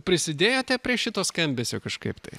prisidėjote prie šito skambesio kažkaip tai